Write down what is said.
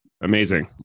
amazing